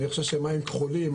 אני חושב שמים כחולים,